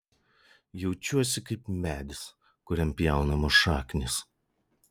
jaučiuosi kaip medis kuriam pjaunamos šaknys